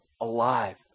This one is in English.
alive